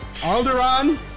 Alderaan